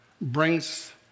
brings